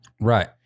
Right